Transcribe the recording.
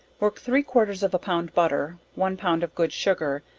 work three quarters of a pound butter, one pound of good sugar,